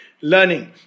learning